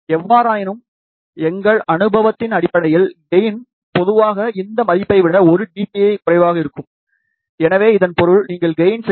எவ்வாறாயினும் எங்கள் அனுபவத்தின் அடிப்படையில் கெயின் பொதுவாக இந்த மதிப்பை விட 1 dB குறைவாக இருக்கும் எனவே இதன் பொருள் நீங்கள் கெயின் 6